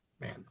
Man